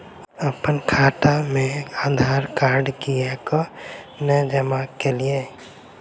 अप्पन खाता मे आधारकार्ड कियाक नै जमा केलियै?